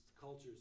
cultures